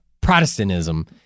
Protestantism